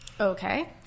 Okay